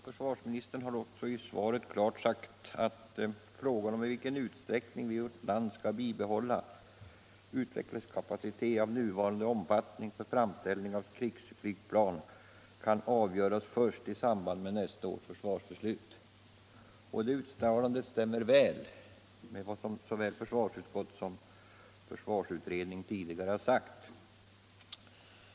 Försvarsministern har i svaret klart sagt: ”Frågan om i vilken utsträckning vi i vårt land skall bibehålla en utvecklingskapacitet av nuvarande omfattning för framställning av krigsflygplan kan avgöras först i samband med nästa års försvarsbeslut.” Detta uttalande stämmer väl med vad såväl försvarsutskott som försvarsutredning tidigare sagt.